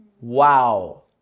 wow